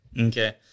Okay